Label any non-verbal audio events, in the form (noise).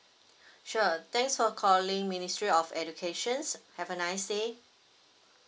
(breath) sure thanks for calling ministry of education have a nice day